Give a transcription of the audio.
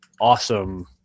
Awesome